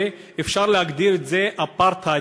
ואפשר להגדיר את זה אפרטהייד,